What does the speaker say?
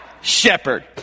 shepherd